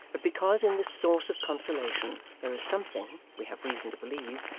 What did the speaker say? but because in this source of consolation there is something, we have reason to believe,